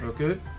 Okay